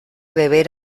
beber